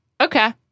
Okay